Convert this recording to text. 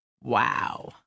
Wow